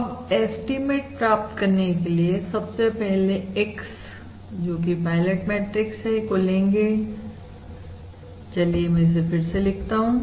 अब एस्टीमेट प्राप्त करने के लिए सबसे पहले x जो कि पायलट मैट्रिक्स है को लेंगे चलिए मैं इसे फिर से लिखता हूं